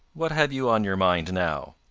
what have you on your mind now?